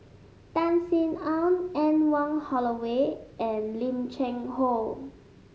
Tan Sin Aun Anne Wong Holloway and Lim Cheng Hoe